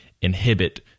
inhibit